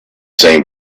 same